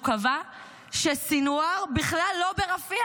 הוא קבע שסנוואר בכלל לא ברפיח.